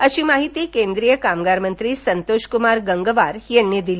अशी माहिती केंद्रीय कामगारमंत्री संतोषक्रमार गंगवार यांनी दिली